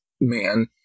man